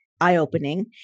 eye-opening